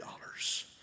dollars